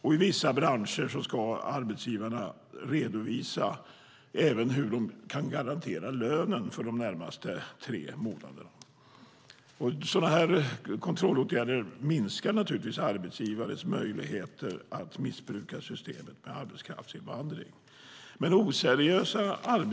I vissa branscher ska arbetsgivarna även redovisa hur de kan garantera lönen för de närmaste tre månaderna. Sådana här kontrollåtgärder minskar naturligtvis arbetsgivares möjligheter att missbruka systemet med arbetskraftsinvandring.